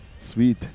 Sweet